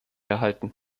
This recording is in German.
erhalten